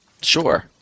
Sure